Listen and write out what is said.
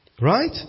Right